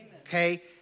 Okay